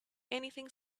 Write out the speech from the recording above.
anything